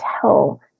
tell